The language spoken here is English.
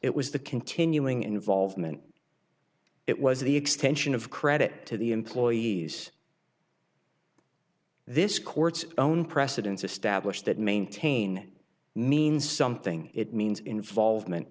it was the continuing involvement it was the extension of credit to the employees this court's own precedents established that maintain means something it means involvement